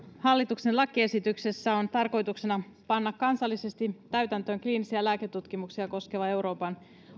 hallituksen lakiesityksessä on tarkoituksena panna kansallisesti täytäntöön kliinisiä lääketutkimuksia koskeva euroopan